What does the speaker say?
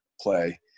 play